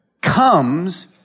comes